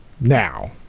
now